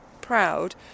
proud